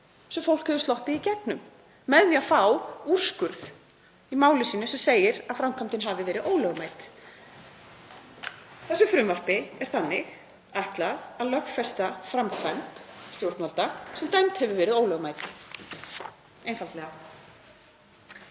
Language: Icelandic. sem fólk hefur sloppið í gegnum með því að fá úrskurð í máli sínu sem segir að framkvæmdin hafi verið ólögmæt. Þessu frumvarpi er þannig ætlað að lögfesta framkvæmd stjórnvalda sem dæmd hefur verið ólögmæt, einfaldlega.